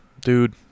dude